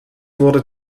wurde